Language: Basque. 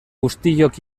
guztiok